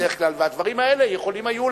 לא, לא.